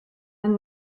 yng